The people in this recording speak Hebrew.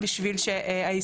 (1)אחרי הכותרת "חלק א"